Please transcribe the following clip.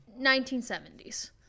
1970s